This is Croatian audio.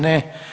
Ne.